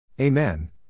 Amen